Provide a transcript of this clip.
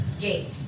gate